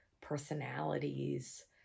personalities